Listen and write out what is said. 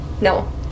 No